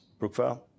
Brookvale